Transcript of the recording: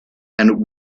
and